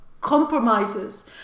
compromises